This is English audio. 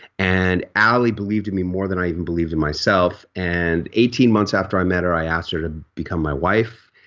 and allie believed me more than i even believed in myself and eighteen months after i met her i asked her to become my wife.